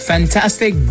Fantastic